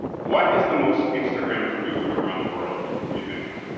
what is the most instagramed food around the world what you think?